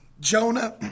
Jonah